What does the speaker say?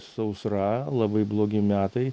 sausra labai blogi metai